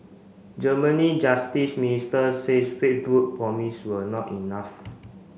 Germany justice minister says Facebook promise were not enough